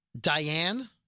Diane